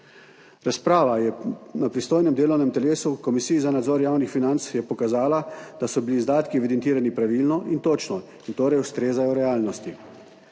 Razprava je na pristojnem delovnem telesu, Komisiji za nadzor javnih financ, pokazala, da so bili izdatki evidentirani pravilno in točno in torej ustrezajo realnosti.